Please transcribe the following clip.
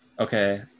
Okay